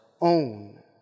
own